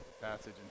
Passage